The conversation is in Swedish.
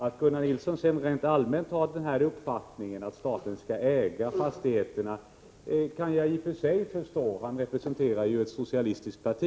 Att Gunnar Nilsson rent allmänt har den uppfattningen att staten skall äga fastigheterna kan jag i och för sig förstå. Han representerar ju ett socialistiskt parti.